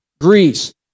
Greece